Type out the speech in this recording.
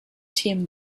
themen